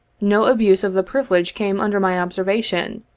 no abuse of the privilege came under my observa tion,